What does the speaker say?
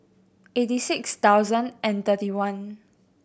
eighty six thousand and thirty one